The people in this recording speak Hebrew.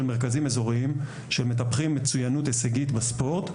מרכזים אזוריים שמטפחים מצוינות הישגית בספורט,